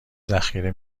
ذخیره